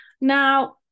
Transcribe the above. Now